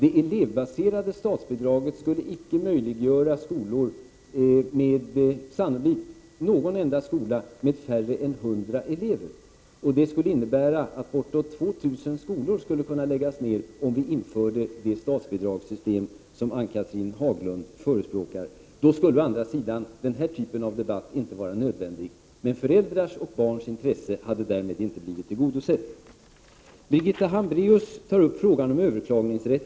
Ett elevbaserat statsbidrag skulle sannolikt icke möjliggöra någon enda skola med färre än hundra elever. Om vi införde det statsbidragssystem som Ann-Cathrine Haglund förespråkar, skulle det innebära att bortåt 2 000 skolor skulle få läggas ned. Då skulle å andra sidan den här typen av debatt inte vara nödvändig, men föräldrars och barns intresse hade därmed inte blivit tillgodosett. Birgitta Hambraeus tar upp frågan om överklagningsrätten.